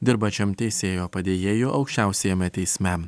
dirbančiam teisėjo padėjėju aukščiausiajame teisme